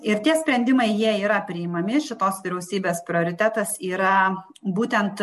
ir tie sprendimai jie yra priimami šitos vyriausybės prioritetas yra būtent